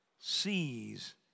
sees